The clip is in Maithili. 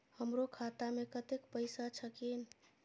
हमरो खाता में कतेक पैसा छकीन?